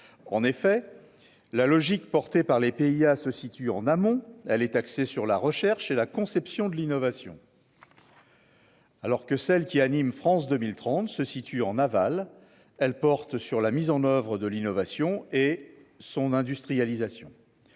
en effet la logique porté par les pays à se situe en amont, elle est axée sur la recherche et la conception de l'innovation. Alors que celles qui anime, France 2030, se situe en aval, elle porte sur la mise en oeuvre de l'innovation et son industrialisation,